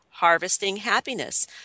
HarvestingHappiness